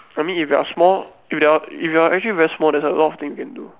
I mean if you're small if you're if you're actually very small there's a lot of thing you can do